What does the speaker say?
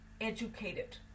educated